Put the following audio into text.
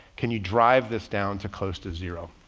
can you drive this down to close to zero?